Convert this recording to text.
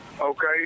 Okay